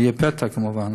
זה יהיה פתע כמובן,